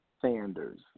Sanders